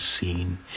seen